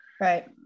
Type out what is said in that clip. right